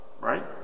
right